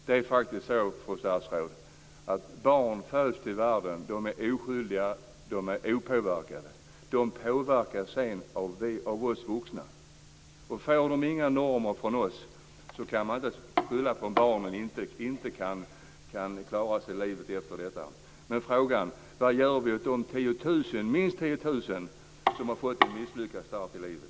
Det är faktiskt så, fru statsråd, att barn när de föds till världen är oskyldiga och opåverkade. De påverkas av oss vuxna, och om de inte får några normer från oss, kan vi inte skylla på barnen om de sedan inte kan klara sig i livet. Min fråga är alltså: Vad gör vi för de minst 10 000 barn som har fått en misslyckad start i livet?